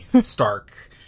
stark